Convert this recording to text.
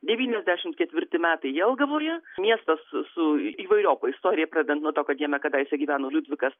devyniasdešimt ketvirti metai jelgavoje miestas su įvairiopa istorija pradedant nuo to kad jame kadaise gyveno liudvikas